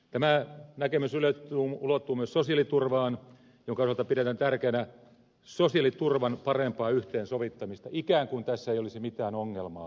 tämä näkemys ulottuu myös sosiaaliturvaan jonka osalta pidetään tärkeänä sosiaaliturvan parempaa yhteensovittamista ikään kuin tässä ei olisi mitään ongelmaa